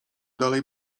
dalej